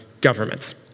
governments